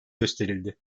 gösterildi